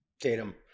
Tatum